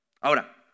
Ahora